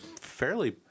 fairly